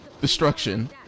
destruction